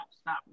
stop